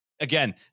again